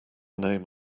name